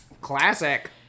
Classic